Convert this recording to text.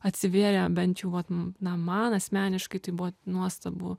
atsivėrė bent jau vat na man asmeniškai tai buvo nuostabu